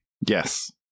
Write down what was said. Yes